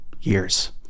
years